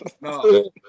no